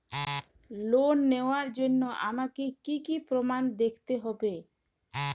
Loan নেওয়ার জন্য আমাকে কী কী প্রমাণ দেখতে হবে?